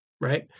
Right